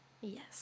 Yes